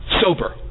Sober